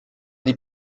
die